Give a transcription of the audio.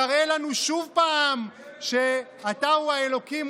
תראה לנו עוד פעם שאתה הוא האלוקים,